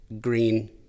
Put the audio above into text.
green